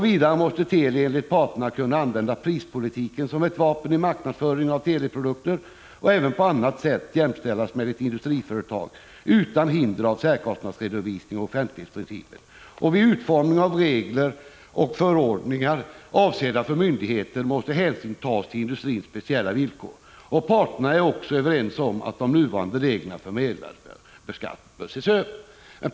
Vidare måste Teli enligt parterna kunna använda prispolitiken som ett vapen i marknadsföringen av dess produkter och även på annat sätt jämställas med ett industriföretag, utan hinder i form av särkostnadsredovisning och offentlighetsprincipen. Vid utformningen av regler och förordningar avsedda för myndigheten måste hänsyn tas till industrins speciella villkor. Parterna är också överens om att de nuvarande reglerna för mervärdesbeskattning bör ses över.